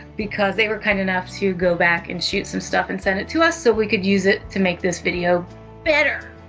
because they kind enough to go back and shoot some stuff and send it to us, so we could use it to make this video better.